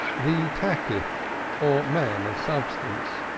the takif, or man of substance,